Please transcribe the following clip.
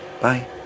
bye